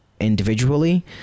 Individually